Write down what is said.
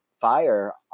fire